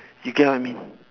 you get what I mean